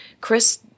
Chris